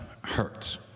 hurts